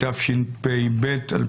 התשפ"ב-2021.